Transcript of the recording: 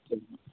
சரிம்மா